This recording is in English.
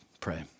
pray